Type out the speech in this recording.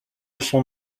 son